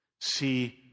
see